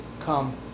come